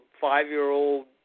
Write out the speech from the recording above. five-year-old